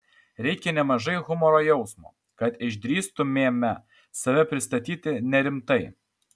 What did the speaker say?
reikia nemažai humoro jausmo kad išdrįstumėme save pristatyti nerimtai